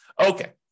Okay